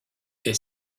est